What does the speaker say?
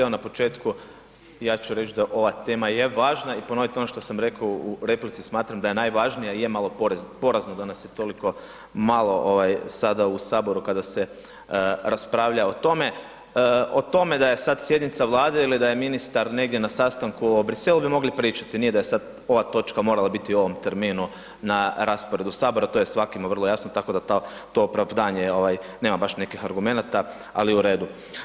Evo na početku ja ću reći da ova tema je važna i ponovit ono što sam rekao u replici, smatram da je najvažnija, je malo porazno da nas je toliko malo sada u Saboru kada se raspravlja o tome, o tome da je sad sjednica Vlade ili da je ministar negdje na sastanku u Bruxelles-u, mogli bi pričati, nije da je sada ova točka morala biti u ovom terminu na rasporedu Sabora, to je svakome vrlo jasno tako da to opravdanje nema baš nekih argumenata, ali u redu.